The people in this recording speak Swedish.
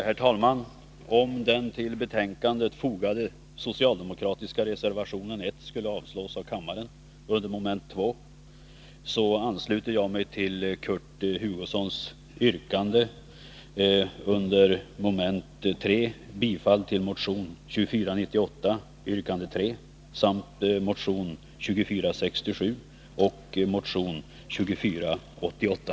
Herr talman! Om den vid betänkandet fogade socialdemokratiska reservationen 1 skulle avslås av kammaren under mom. 2, ansluter jag mig till Kurt Hugossons yrkande under mom. 3, vilket innebär bifall till motion 2498 yrkande 3 samt till motionerna 2467 och 2488.